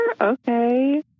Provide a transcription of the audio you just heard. Okay